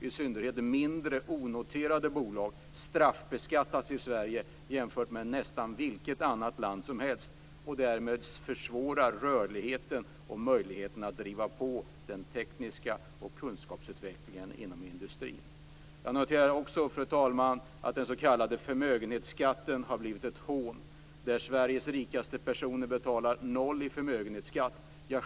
I synnerhet mindre, onoterade bolag straffbeskattas i Sverige jämfört med hur det är i nästan vilket annat land som helst. Därmed försvåras rörligheten och möjligheten att driva på den tekniska och kunskapsmässiga utvecklingen inom industrin. Fru talman! Jag noterar också att den s.k. förmögenhetsskatten har blivit ett hån. Sveriges rikaste personer betalar 0 kr i förmögenhetsskatt.